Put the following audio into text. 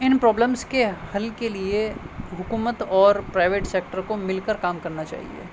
ان problems کے حل کے لیے حکومت اور پرائیویٹ سیکٹر کو مل کر کام کرنا چاہیے